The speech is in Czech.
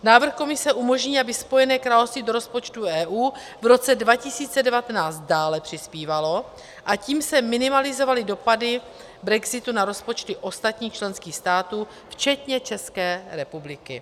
Návrh Komise umožní, aby Spojené království do rozpočtu EU v roce 2019 dále přispívalo, a tím se minimalizovaly dopady brexitu na rozpočty ostatních členských států včetně České republiky.